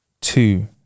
Two